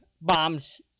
bombs